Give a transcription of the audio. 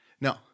No